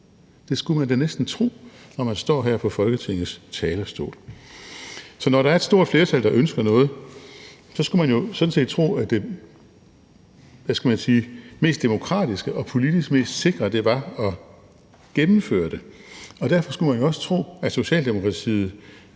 Det skulle man da næsten tro, når man står her på Folketingets talerstol. Så når der er et stort flertal, der ønsker noget, skulle man jo sådan set tro – hvad skal man sige – at det mest demokratiske og politisk mest sikre var at gennemføre det, og derfor skulle man jo også tro, at Socialdemokratiet